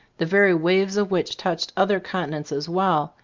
the very waves of which touched other continents as well,